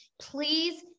please